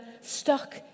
stuck